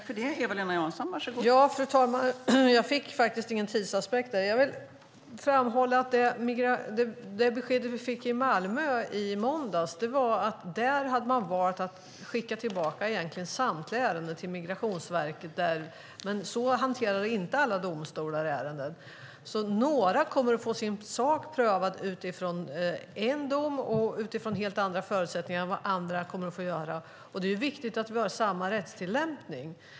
Fru talman! Jag fick faktiskt ingen tidsaspekt. Jag vill framhålla att det besked vi fick i Malmö i måndags var att man där hade valt att skicka tillbaka samtliga ärenden till Migrationsverket. Men så hanterar inte alla domstolar ärenden. Några kommer att få sin sak prövad utifrån en dom och utifrån helt andra förutsättningar än andra kommer att få. Det är viktigt att vi har samma rättstillämpning.